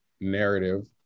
narrative